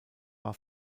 war